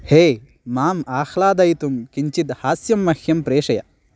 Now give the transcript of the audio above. हे माम् आह्लादयितुं किञ्चिद् हास्यं मह्यं प्रेषय